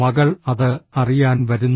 മകൾ അത് അറിയാൻ വരുന്നു